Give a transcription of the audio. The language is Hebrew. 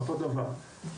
אותו דבר,